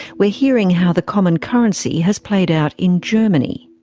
we're hearing how the common currency has played out in germany.